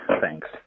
Thanks